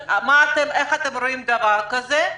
איך אתם רואים דבר כזה?